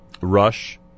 rush